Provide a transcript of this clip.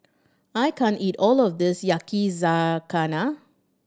I can't eat all of this Yakizakana